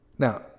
Now